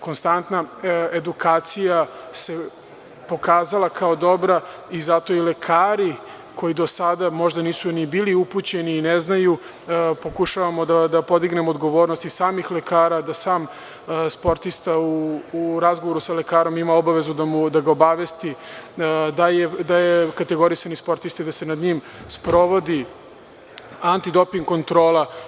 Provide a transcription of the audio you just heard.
Konstantna edukacija se pokazala kao dobra i zato i lekari koji do sada možda nisu ni bili upućeni, ne znaju, pokušavamo da podignemo odgovornost i samih lekara, da sam sportista u razgovoru sa lekarom ima obavezu da ga obavesti da je kategorisani sportista i da se nad njim sprovodi antidoping kontrola.